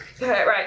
Right